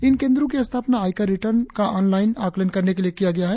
इन केंद्रों की स्थापना आयकर रिटर्न का ऑन लाईन आकलन करने के लिए किया गया है